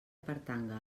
pertanga